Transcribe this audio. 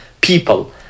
People